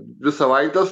dvi savaites